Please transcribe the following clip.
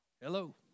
Hello